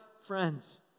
friends